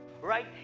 right